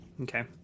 Okay